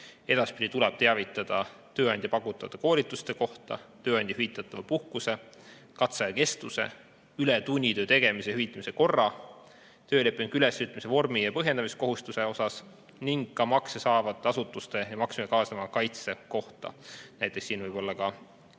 Edaspidi tuleb teada anda tööandja pakutavate koolituste kohta, tööandja hüvitatava puhkuse, katseaja kestuse, ületunnitöö tegemise hüvitamise korra, töölepingu ülesütlemise vormi ja põhjendamise kohustuse kohta ning ka makse saavate asutuste ja maksudega kaasneva kaitse kohta. Näiteks võib olla tegemist